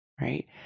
right